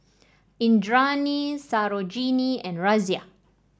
Indranee Sarojini and Razia